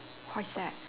what is that